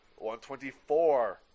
124